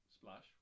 splash